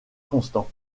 constant